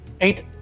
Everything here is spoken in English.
eight